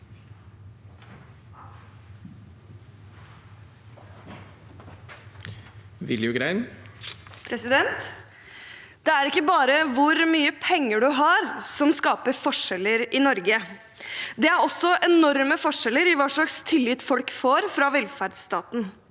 Det er ikke bare hvor mye penger du har, som skaper forskjeller i Norge, det er også enorme forskjeller i hva slags tillit velferdsstaten